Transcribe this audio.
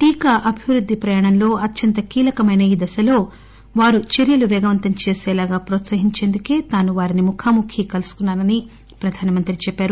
టీకా అభివృద్ది ప్రయాణంలో అత్యంత కీలకమైన ఈ దశలో వారి చర్యలు పేగవంతం చేసేలా హ్రోత్పహించేందుకే తాను వారిని ముఖాముఖీ కలుసుకున్నా నని ప్రధాన మంత్రి చెప్పారు